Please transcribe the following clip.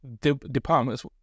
departments